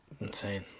Insane